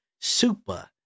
super